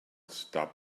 stop